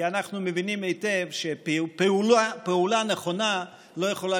כי אנחנו מבינים היטב שפעולה נכונה לא יכולה